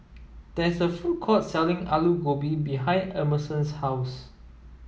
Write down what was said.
there is a food court selling Alu Gobi behind Emerson's house